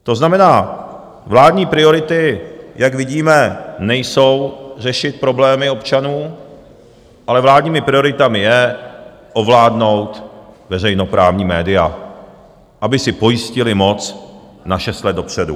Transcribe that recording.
To znamená, vládní priority, jak vidíme, nejsou řešit problémy občanů, ale vládními prioritami je ovládnout veřejnoprávní média, aby si pojistili moc na šest let dopředu.